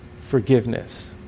forgiveness